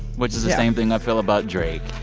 which is the same thing i feel about drake.